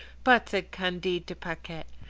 but, said candide to paquette,